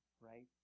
Right